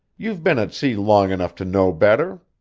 you've been at sea long enough to know better.